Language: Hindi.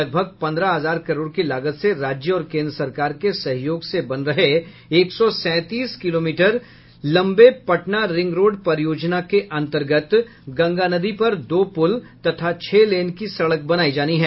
लगभग पन्द्रह हजार करोड़ की लागत से राज्य और केन्द्र सरकार के सहयोग से बन रहे एक सौ सैंतीस किलोमीटर लंबे पटना रिंग रोड परियोजना े अंतर्गत गंगा नदी पर दो पुल तथा छह लेन की सड़क बनायी जानी है